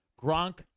Gronk